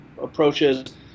approaches